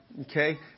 Okay